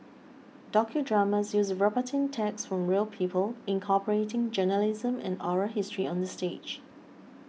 docudramas use verbatim text from real people incorporating journalism and oral history on the stage